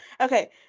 okay